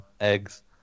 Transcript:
eggs